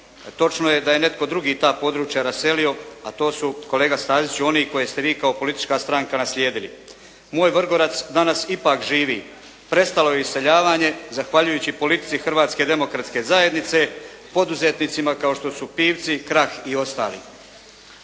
Točno je da je netko drugi ta područja raselio, a to su kolega Staziću oni koje ste vi kao politička stranka naslijedili. Moj Vrgorac danas ipak živi. Prestalo je iseljavanje zahvaljujući politici Hrvatske demokratske zajednice, poduzetnicima kao što su Pivci, Krah i ostali.